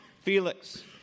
Felix